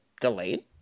delayed